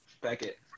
Beckett